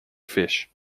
fish